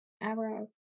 eyebrows